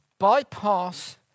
bypass